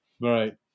Right